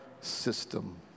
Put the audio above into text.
system